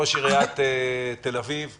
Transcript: ראש עיריית תל אביב-יפו,